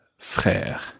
frère